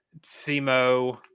Simo